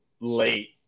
late